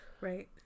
Right